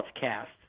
cast